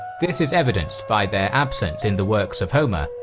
this is evidenced by their absence in the works of homer,